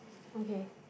okay